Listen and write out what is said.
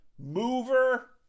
mover